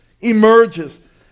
emerges